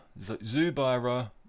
Zubaira